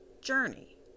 journey